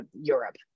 Europe